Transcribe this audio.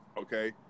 Okay